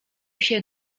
się